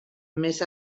més